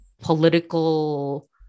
political